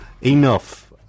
enough